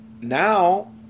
now